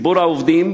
ציבור העובדים